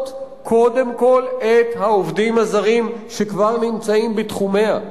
קודם כול את העובדים הזרים שכבר נמצאים בתחומיה.